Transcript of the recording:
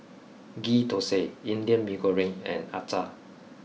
Ghee Thosai Indian Mee Goreng and Acar